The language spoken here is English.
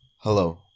Hello